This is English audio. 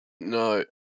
No